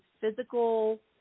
physical